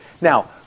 Now